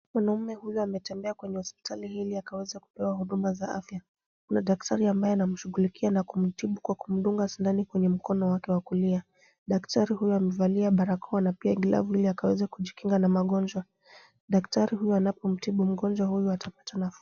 Mwanaume huyu ametembea kwenye hospitali ili akaweze kupewa huduma za afya. Kuna daktari ambaye anamshughulikia na kumtibu kwa kumdunga sindano kwenye mkono wake wa kulia. Daktari huyo amevalia barakoa na pia glavu ili akaweze kujikinga na magonjwa. Daktari huyu anapomtibu mgonjwa huyu atapata nafuu.